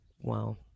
Wow